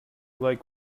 like